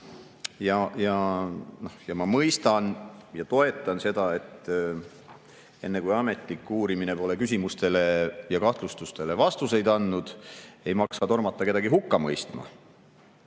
Ma mõistan ja toetan seda, et enne kui ametlik uurimine pole küsimustele ja kahtlustustele vastuseid andnud, ei maksa tormata kedagi hukka mõistma.